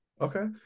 okay